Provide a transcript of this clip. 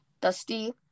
dusty